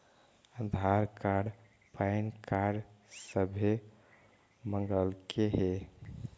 आधार card PAN card सभे मगलके हे?